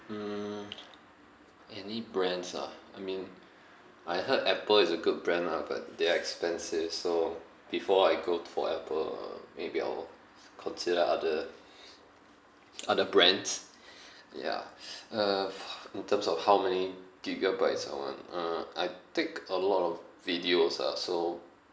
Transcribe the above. mm any brands ah I mean I heard apple is a good brand lah but they are expensive so before I go t~ for apple uh maybe I will consider other other brands ya uh f~ in terms of how many gigabytes I want uh I take a lot of videos ah so